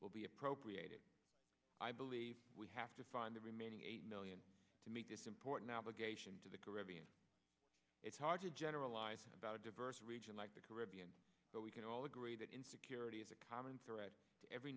will be appropriated i believe we have to find the remaining eight million to meet this important obligation to the caribbean it's hard to generalize about a diverse region like the caribbean but we can all agree that insecurity is a common threat to every